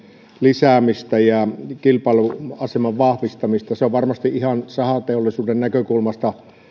lisäämistä ja kilpailuaseman vahvistamista se on varmasti sahateollisuuden näkökulmasta ihan